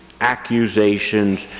accusations